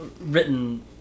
written